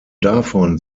davon